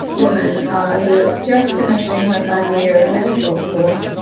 woman who is just finishing her final year medical school.